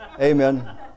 Amen